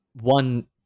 one